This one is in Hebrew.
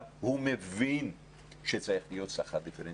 הדרך שבה זה מבוצע היא קריטית לטובת הצלחת המהלך,